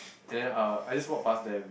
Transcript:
and then uh I just walk passed them